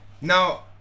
Now